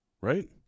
right